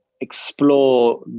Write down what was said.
explore